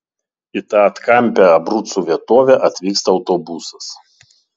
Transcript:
į tą atkampią abrucų vietovę atvyksta autobusas